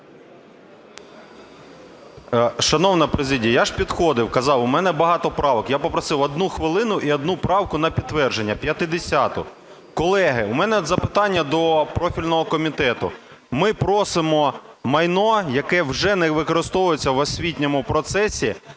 Шановна президія, я ж підходив, казав, у мене багато правок. Я попросив одну хвилину і одну правку на підтвердження – 50-у. Колеги, у мене запитання до профільного комітету. Ми просимо майно, яке вже не використовується в освітньому процесі,